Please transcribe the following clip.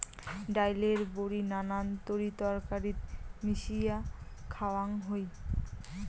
ডাইলের বড়ি নানান তরিতরকারিত মিশিয়া খাওয়াং হই